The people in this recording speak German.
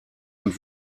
und